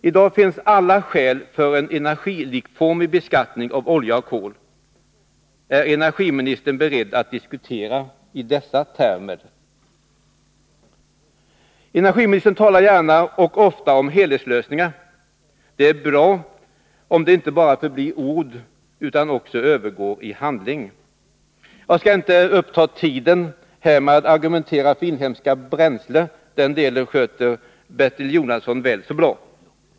I dag finns alla skäl för en energilikformig beskattning av olja och kol. Är energiministern beredd att diskutera i dessa termer? Energiministern talar gärna och ofta om helhetslösningar. Det är bra, om det inte bara förblir ord utan också övergår till handling. Jag skall inte uppta tiden med att argumentera för inhemska bränslen. Den delen sköter Bertil Jonasson väl så bra.